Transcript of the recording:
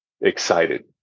excited